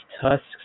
tusks